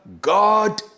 God